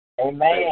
Amen